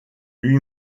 lui